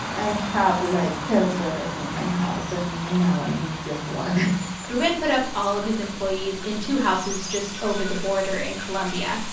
i have, like, ten sweaters in my house, and now i need just one ruben put up all of his employees in two houses just over the border in colombia.